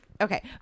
Okay